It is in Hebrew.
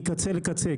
מקצה לקצה.